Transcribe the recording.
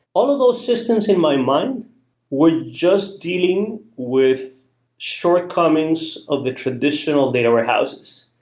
all of those systems in my mind were just dealing with shortcomings of the traditional data warehouses.